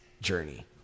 journey